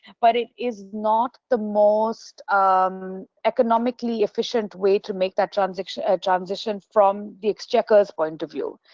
but it is not the most um economically-efficient way to make that transition ah transition from the exchequer's point of view.